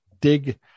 dig